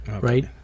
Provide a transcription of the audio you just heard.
Right